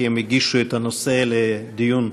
כי הם הגישו את הנושא לדיון.